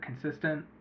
consistent